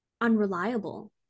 unreliable